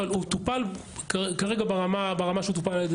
אבל הוא טופל כרגע ברמה שהוא טופל על ידי